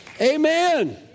Amen